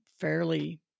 fairly